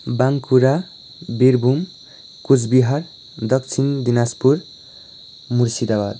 बाँकुरा बिरभुम कुचबिहार दक्षिण दिनाजपुर मुर्सिदाबाद